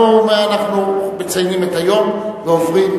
אנחנו מציינים את היום ועוברים,